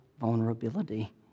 vulnerability